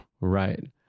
Right